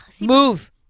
Move